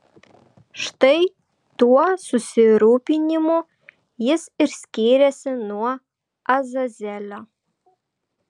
štai tuo susirūpinimu jis ir skyrėsi nuo azazelio